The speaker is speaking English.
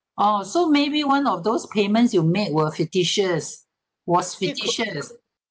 oh so maybe one of those payments you made were fictitious was fictitious